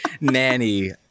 nanny